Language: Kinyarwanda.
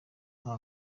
nta